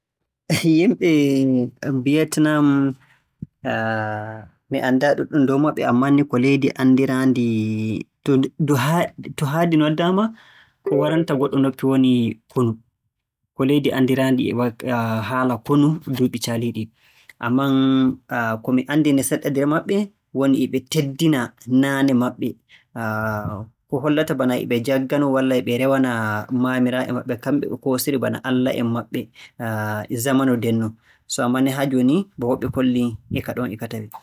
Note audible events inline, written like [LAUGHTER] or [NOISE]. Yimɓe Biyetnam mi anndaa ɗuuɗɗum dow maɓɓe ammaa ni ko leydi anndiraandi - to haa- to haa- to haa ndi noddaama ko waranta goɗɗo woni konu. Ko leydi anndiraadi e waɗki- [HESITATION] haala konu duuɓi caaliiɗi. Ammaa [HESITATION] ko mi anndi ni seɗɗa nder maɓɓe woni e ɓe teddina naane maɓɓe, ko hollata bana e ɓe njagganoo walla e ɓe rewana maamiraaɓe maɓɓe, kamɓe ɓe koosiri bana alla'en maɓɓe [HESITATION] jamanu ndenno. So [HESITATION] ammaa ni haa jooni ba woɓɓe kolli e ɗon e ka tawee.